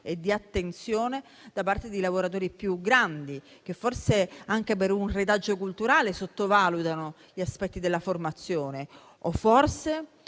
e di attenzione da parte dei lavoratori più grandi, che forse anche per un retaggio culturale sottovalutano gli aspetti della formazione o, forse,